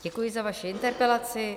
Děkuji za vaši interpelaci.